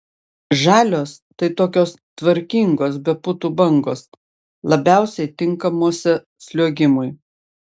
žalios tai tokios tvarkingos be putų bangos labiausiai tinkamuose sliuogimui